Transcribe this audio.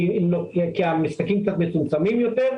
כי המשחקים מפורסמים יותר,